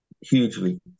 Hugely